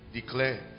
declare